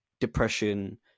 depression